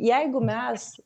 jeigu mes